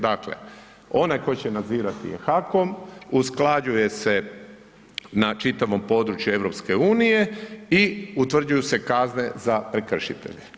Dakle, onaj koji će nadzirati je HAKOM, usklađuje se na čitavo područje EU i utvrđuju se kazne za prekršitelje.